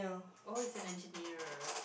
oh is an engineer